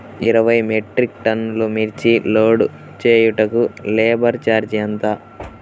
ఇరవై మెట్రిక్ టన్నులు మిర్చి లోడ్ చేయుటకు లేబర్ ఛార్జ్ ఎంత?